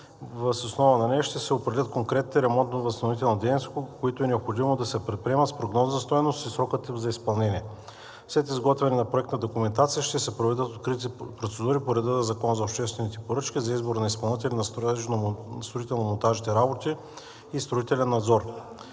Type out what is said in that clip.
Въз основа на нея ще се определят конкретните ремонтно-възстановителни дейности, които е необходимо да се предприемат, с прогнозна стойност и срокът им за изпълнение. След изготвяне на проектна документация ще се проведат открити процедури по реда на Закона за обществените поръчки за избор на изпълнители на строително-монтажните работи и строителния надзор.